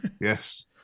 Yes